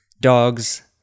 dogs